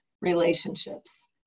relationships